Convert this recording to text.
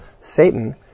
Satan